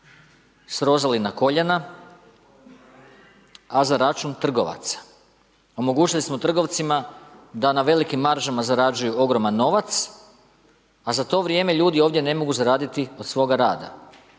srozali na koljena a za račun trgovaca. Omogućili smo trgovcima da na velikim maržama zarađuju ogroman novac a za to vrijeme ljudi ovdje ne mogu zaraditi od svoga rada.